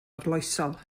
arloesol